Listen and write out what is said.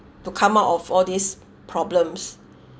to come out of all these problems